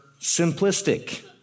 simplistic